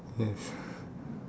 yes